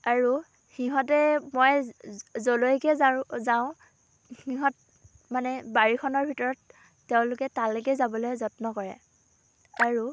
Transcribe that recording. আৰু সিহঁতে মই যলৈকে যাওঁ সিহঁত মানে বাৰীখনৰ ভিতৰত তেওঁলোকে তালৈকে যাবলৈ যত্ন কৰে আৰু